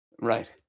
Right